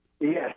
Yes